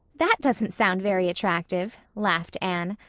that doesn't sound very attractive, laughed anne.